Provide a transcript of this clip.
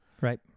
Right